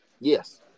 Yes